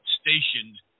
stationed